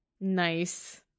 Nice